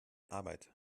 arbeit